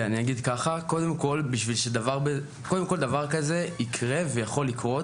קודם כול, דבר כזה יקרה ויכול לקרות.